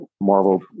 Marvel